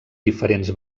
diferents